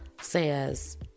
says